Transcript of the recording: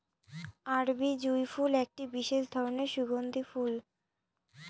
আরবি জুঁই ফুল একটি বিশেষ ধরনের সুগন্ধি ফুল